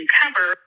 cover